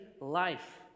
life